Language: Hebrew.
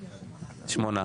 שמונה.